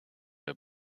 der